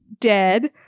dead